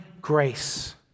grace